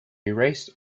erased